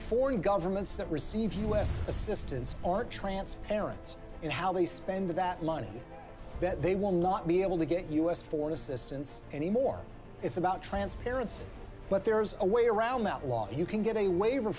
foreign governments that receives u s assistance are transparent in how they spend that money that they will not be able to get us foreign assistance anymore it's about transparency but there is a way around that law you can get a waiver